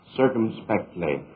circumspectly